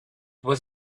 was